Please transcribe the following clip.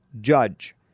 judge